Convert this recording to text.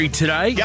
today